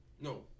No